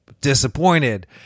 disappointed